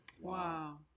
wow